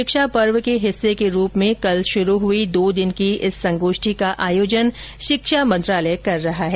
शिक्षा पर्व के हिस्से के रूप में कल शुरू हई दो दिन की इस संगोष्ठी का आयोजन शिक्षा मंत्रालय कर रहा है